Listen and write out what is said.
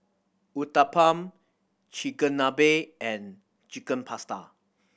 Uthapam Chigenabe and Chicken Pasta